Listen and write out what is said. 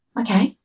okay